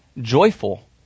joyful